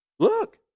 Look